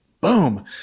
boom